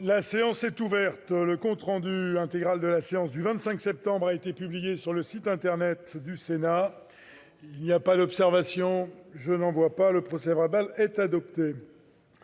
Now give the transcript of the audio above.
La séance est ouverte. Le compte rendu intégral de la séance du mardi 25 septembre 2018 a été publié sur le site internet du Sénat. Il n'y a pas d'observation ?... Le procès-verbal est adopté